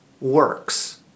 works